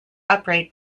upright